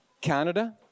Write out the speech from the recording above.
Canada